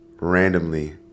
randomly